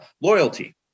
loyalty